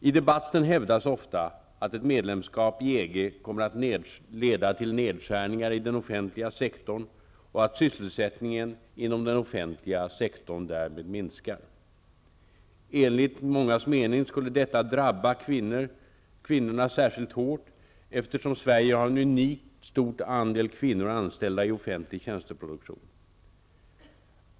I debatten hävdas ofta att ett medlemskap i EG kommer att leda till nedskärningar i den offentliga sektorn och att sysselsättningen inom den offentliga sektorn därmed minskar. Enligt mångas mening skulle detta drabba kvinnorna särskilt hårt, eftersom Sverige har en unikt stor andel kvinnor anställda i offentlig tjänsteproduktion.